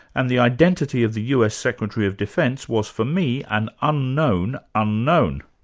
and the identity of the us secretary of defence was for me, an unknown unknown.